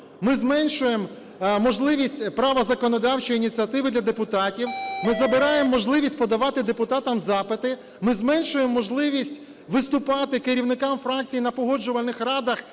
ми зменшуємо можливість права законодавчої ініціативи для депутатів, ми забираємо можливість подавати депутатам запити, ми зменшуємо можливість виступати керівникам фракцій на погоджувальних радах